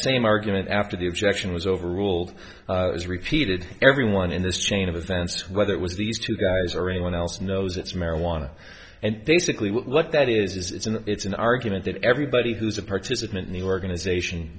same argument after the objection was overruled is repeated everyone in this chain of events whether it was these two guys or anyone else knows it's marijuana and basically what that is is it's an it's an argument that everybody who's a participant in the organization